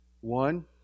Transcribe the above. One